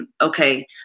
okay